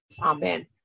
amen